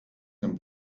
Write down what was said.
den